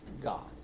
God